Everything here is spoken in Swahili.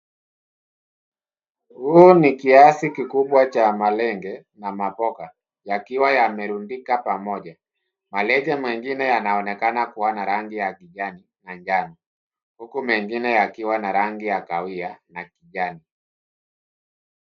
Huu ni sehemu kubwa ya malenge, na mamboga, yakiwa yamerundika pamoja, malenge mengine yanaonekena kuwa na rangi ya kijani, na njano, huku mengine yakiwa na rangi ya kahawia, na kijani.